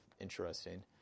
interesting